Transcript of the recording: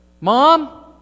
Mom